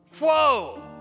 whoa